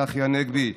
צחי הנגבי,